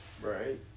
Right